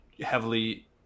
heavily